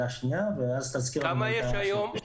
כמה יש היום?